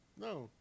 No